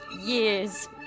years